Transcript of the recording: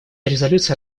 резолюций